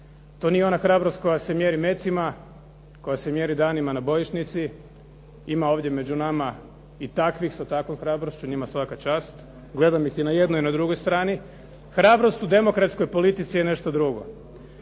To nije ona hrabrost koja se mjeri mecima, koja se mjeri danima na bojišnici. Ima ovdje među nama i takvih sa takvom hrabrošću, njima svaka čast, gledam ih i na jednoj i drugoj strani. Hrabrost u demokratskoj politici je nešto drugo.